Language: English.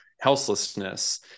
houselessness